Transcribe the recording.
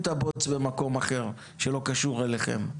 את הבוץ במקום אחר שלא קשור אליכם.